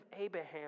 Abraham